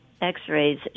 X-rays